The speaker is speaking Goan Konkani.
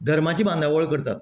धर्माची बांदावळ करतात